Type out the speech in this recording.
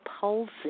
palsy